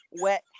wet